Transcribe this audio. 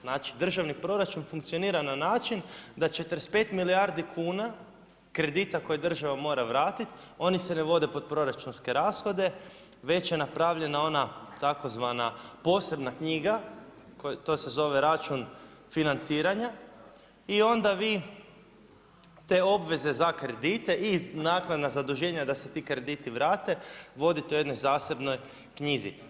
Znači državni proračun funkcionira na način da 45 milijardi kuna kredita koje država mora vratiti, oni se ne vode kroz proračunske rashode već je napravljana ona tzv. posebna knjiga to se zove račun financiranja i onda vi te obveze za kredite iz naknada zaduženja da se ti krediti vrate vodite u jednoj zasebnoj knjizi.